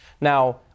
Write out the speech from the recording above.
Now